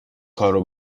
کارو